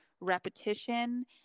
repetition